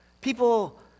People